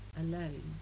alone